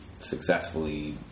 successfully